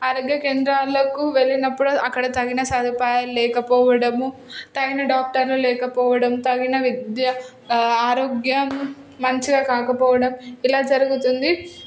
ఆరోగ్య కేంద్రాలకు వెళ్ళినప్పుడు అక్కడ తగిన సదుపాయాలు లేకపోవడం తగిన డాక్టర్లు లేకపోవడం తగిన విద్య ఆరోగ్యం మంచిగా కాకపోవడం ఇలా జరుగుతుంది